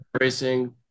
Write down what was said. racing